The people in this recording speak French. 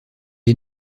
est